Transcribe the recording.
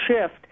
shift